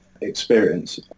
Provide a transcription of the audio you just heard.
experience